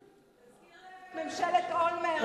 תזכיר להם את ממשלת אולמרט,